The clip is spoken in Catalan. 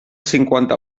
cinquanta